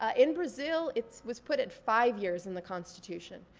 ah in brazil, it was put at five years in the constitution.